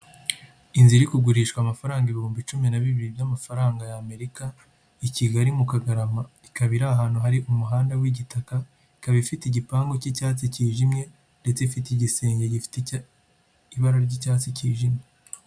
Inzu iri kugurishwa amafaranga ibihumbi cumi na bibiri by'amafaranga ya Amerika i Kigali mu kagarama, ikaba iri ahantu hari umuhanda w'igitaka, ikaba ifite igipangu cy'icyatsi cyijimye ndetse ifite igisenge gifite ibara ry'icyatsi cyijimye.